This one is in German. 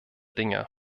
dinge